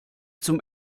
zum